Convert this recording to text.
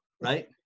right